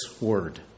word